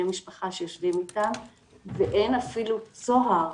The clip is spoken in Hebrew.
משפחה שיושבים איתם ואין אפילו צוהר